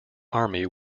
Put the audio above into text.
army